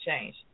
change